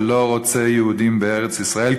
שלא רוצה יהודים בארץ-ישראל,